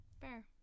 Fair